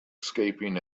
escaping